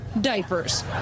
diapers